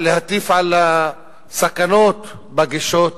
על הסכנות בגישות